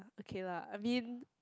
okay lah I mean